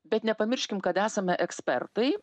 bet nepamirškim kad esame ekspertai